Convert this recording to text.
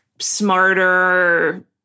smarter